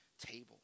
table